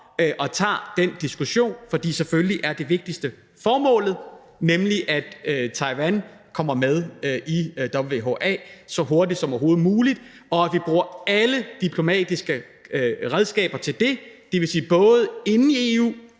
og tager den diskussion, for selvfølgelig er det vigtigste formålet, nemlig at Taiwan kommer med i WHA så hurtigt som overhovedet muligt, og at vi bruger alle diplomatiske redskaber til det; det vil sige både inden for